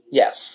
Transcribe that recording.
yes